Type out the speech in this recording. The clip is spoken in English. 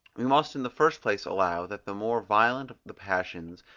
we must in the first place allow that the more violent the passions,